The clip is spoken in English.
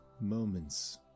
moments